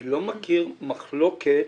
אני לא מכיר מחלוקת